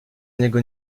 niego